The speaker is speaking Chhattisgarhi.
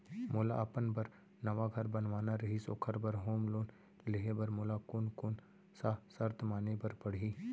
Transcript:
मोला अपन बर नवा घर बनवाना रहिस ओखर बर होम लोन लेहे बर मोला कोन कोन सा शर्त माने बर पड़ही?